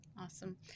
Awesome